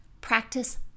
practice